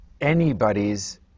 anybody's